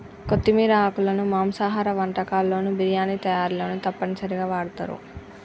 కొత్తిమీర ఆకులను మాంసాహార వంటకాల్లోను బిర్యానీ తయారీలోనూ తప్పనిసరిగా వాడుతారు